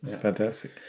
Fantastic